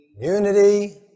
unity